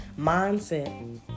mindset